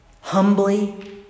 humbly